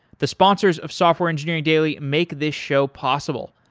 the sponsors of software engineering daily make this show possible,